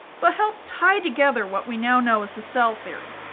but helped tie together what we now know as the cell theory.